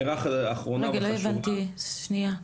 רגע, לא הבנתי, שנייה,